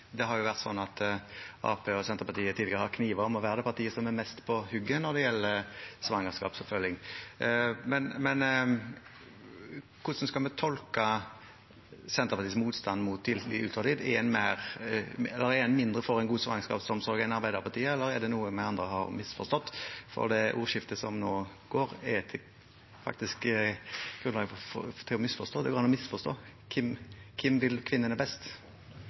Det har jo vært sånn at Arbeiderpartiet og Senterpartiet tidligere har knivet om å være det partiet som er mest på hugget når det gjelder svangerskapsoppfølging. Men hvordan skal vi tolke Senterpartiets motstand mot tidlig ultralyd? Er en mindre for en god svangerskapsomsorg enn Arbeiderpartiet, eller er det noe vi andre har misforstått? Det ordskiftet som nå foregår, er faktisk til å misforstå. Hvem vil kvinnene best?